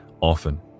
often